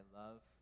love